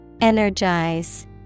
Energize